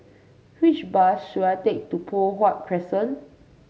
which bus should I take to Poh Huat Crescent